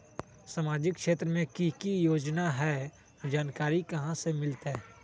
सामाजिक क्षेत्र मे कि की योजना है जानकारी कहाँ से मिलतै?